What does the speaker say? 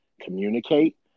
communicate